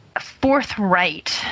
forthright